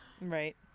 Right